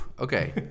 Okay